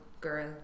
girl